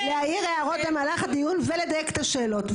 להעיר הערות במהלך הדיון ולדייק את השאלות.